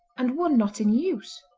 and one not in use.